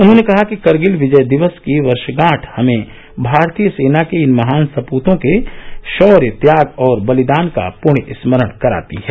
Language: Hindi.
उन्होंने कहा कि करगिल विजय दिवस की वर्षगांठ हमें भारतीय सेना के इन महान सपूतों के शौर्य त्याग और बलिदान का पृण्य स्मरण कराती है